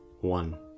one